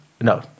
no